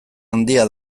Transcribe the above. handia